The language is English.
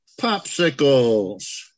Popsicles